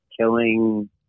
killing